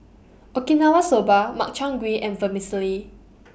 Okinawa Soba Makchang Gui and Vermicelli